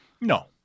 No